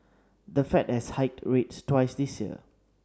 the Fed has hiked rates twice this year